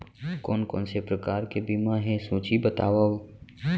कोन कोन से प्रकार के बीमा हे सूची बतावव?